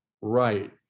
right